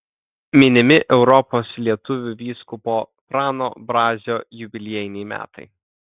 minimi europos lietuvių vyskupo prano brazio jubiliejiniai metai